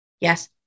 Yes